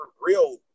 real